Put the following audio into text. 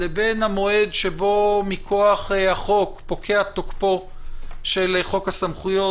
לבין המועד שבו מכוח החוק פוקע תוקפו של חוק הסמכויות,